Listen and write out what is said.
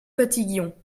fatiguions